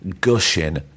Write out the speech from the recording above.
gushing